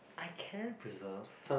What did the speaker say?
I can't preserve